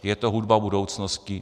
Je to hudba budoucnosti.